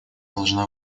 должна